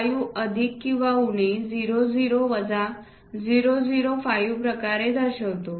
5 अधिक किंवा उणे 00 वजा 005 प्रकारे दर्शवितो